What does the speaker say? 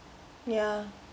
ya